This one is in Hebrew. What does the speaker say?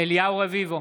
אליהו רביבו,